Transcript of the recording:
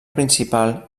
principal